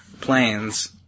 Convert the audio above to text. planes